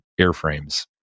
airframes